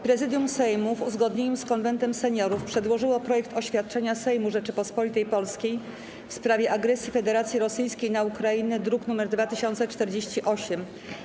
Prezydium Sejmu, w uzgodnieniu z Konwentem Seniorów, przedłożyło projekt oświadczenia Sejmu Rzeczypospolitej Polskiej w sprawie agresji Federacji Rosyjskiej na Ukrainę, druk nr 2048.